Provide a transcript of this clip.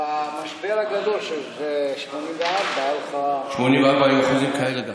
במשבר הגדול של 1984, גם ב-1984 היו אחוזים כאלה?